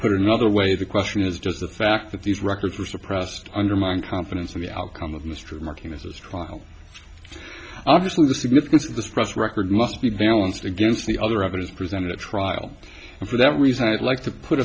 put it another way the question is just the fact that these records were suppressed undermined confidence in the outcome of mr mark in his trial obviously the significance of this press record must be balanced against the other evidence presented at trial and for that reason i'd like to put